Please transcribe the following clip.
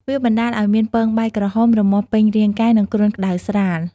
វាបណ្តាលឱ្យមានពងបែកក្រហមរមាស់ពេញរាងកាយ និងគ្រុនក្តៅស្រាល។